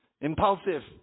Impulsive